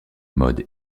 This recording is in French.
modes